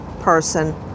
person